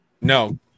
No